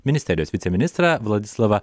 ministerijos viceministrą vladislavą